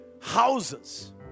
houses